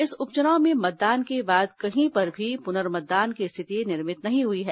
इस उप चुनाव में मतदान के बाद कही पर भी पुनर्मतदान की स्थिति निर्मित नहीं हुई है